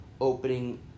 opening